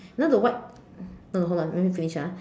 you know the white no no hold on let me finish ah